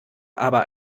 aber